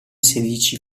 sedici